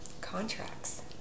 contracts